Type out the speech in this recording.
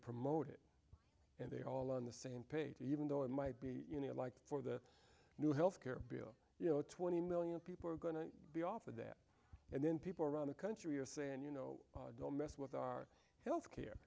promote it and they are all on the same page even though it might be you know like for the new health care bill you know twenty million people are going to be off of that and then people around the country are saying you know don't mess with our health care